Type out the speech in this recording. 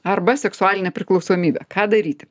arba seksualinė priklausomybė ką daryti